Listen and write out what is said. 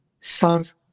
songs